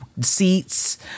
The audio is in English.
seats